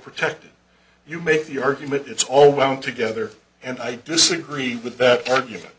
protected you make the argument it's all wound together and i disagree with that argument